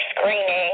screening